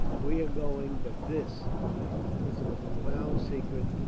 we are going but this, mind, is a profound secret